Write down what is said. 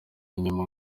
inyuma